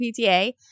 PTA